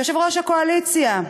יושב-ראש הקואליציה,